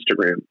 Instagram